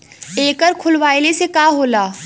एकर खोलवाइले से का होला?